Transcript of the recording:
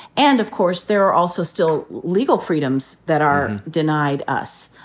and, of course, there are also still legal freedoms that are denied us.